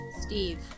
Steve